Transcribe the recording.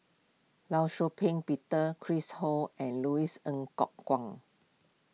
Law Shau Ping Peter Chris Ho and Louis Ng Kok Kwang